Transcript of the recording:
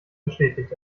bestätigt